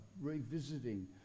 revisiting